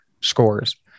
scores